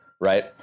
right